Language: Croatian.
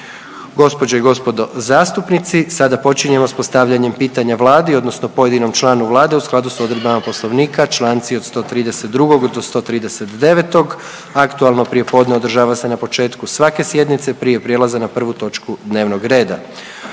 Gospođe i gospodo zastupnici sada počinjemo sa postavljanjem pitanja Vladi, odnosno pojedinom članu Vlade u skladu sa odredbama Poslovnika od 132. do 139. Aktualno prijepodne održava se na početku svake sjednice prije prijelaza na prvu točku dnevnog reda.